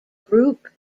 group